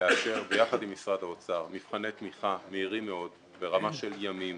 לאשר ביחד עם משרד האוצר מבחני תמיכה מהירים מאוד ברמה של ימים.